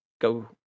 go